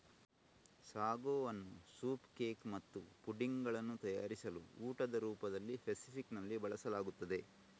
sago ಅನ್ನು soup cake ಮತ್ತು pudding ಗಳನ್ನು ತಯಾರಿಸಲು ಊಟದ ರೂಪದಲ್ಲಿ ಫೆಸಿಫಿಕ್ ನಲ್ಲಿ ಬಳಸಲಾಗುತ್ತದೆ